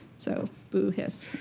so boo, hiss.